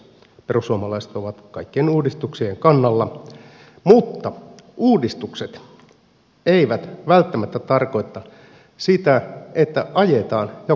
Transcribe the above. perussuomalaiset ovat kaikkien uudistuksien kannalla mutta uudistukset eivät välttämättä tarkoita sitä että ajetaan joku asia alas